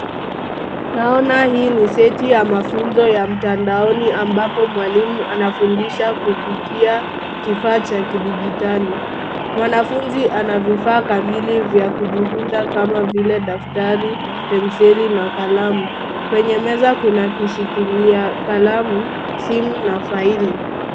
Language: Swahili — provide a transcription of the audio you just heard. Naona hii ni seti ya mafunzo ya mtandaoni ambapo mwalimu anafundisha kupitia kifaa cha kidijitali. Mwanafunzi ana vifaa kamili vya kujifunza kama vile: daftari, penseli na kalamu. Kwenye meza kuna kishikilia kalamu, simu na faili.